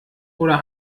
oder